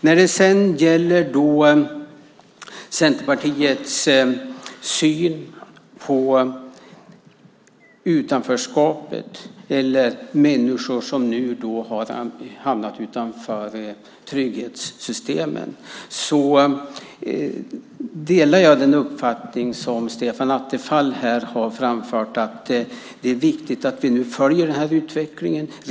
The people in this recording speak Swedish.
När det gäller Centerpartiets syn på utanförskapet eller människor som nu har hamnat utanför trygghetssystemen delar jag den uppfattning som Stefan Attefall här har framfört. Det är viktigt att vi nu följer utvecklingen.